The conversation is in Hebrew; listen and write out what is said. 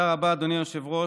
תודה רבה, אדוני היושב-ראש.